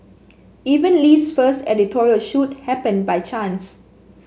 even Lee's first editorial shoot happened by chance